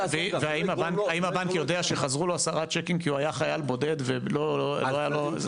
האם הבנק יודע שחזרו לו עשרה צ'קים כי הוא חייל בודד ולא היה לו?